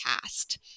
past